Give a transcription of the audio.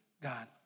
God